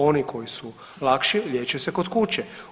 Oni koji su lakše, liječe se kod kuće.